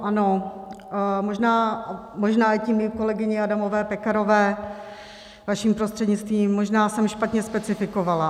Ano možná tím i ke kolegyni Adamové Pekarové, vaším prostřednictvím možná jsem špatně specifikovala.